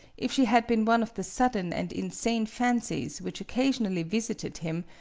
if she had been one of the sudden and insane fancies which occasionally visited him,